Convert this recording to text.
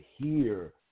hear